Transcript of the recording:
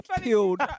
peeled